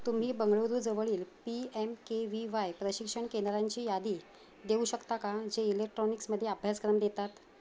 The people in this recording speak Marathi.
तुम्ही बंगळुरूजवळील P M K V Y प्रशिक्षण केंद्रांची यादी देऊ शकता का जे इलेक्ट्रॉनिक्समध्ये अभ्यासक्रम देतात